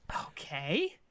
Okay